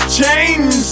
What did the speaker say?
change